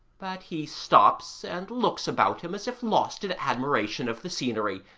but he stops and looks about him as if lost in admiration of the scenery,